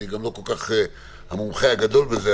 אני גם לא כל כך מומחה גדול בזה,